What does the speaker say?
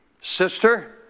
sister